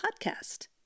podcast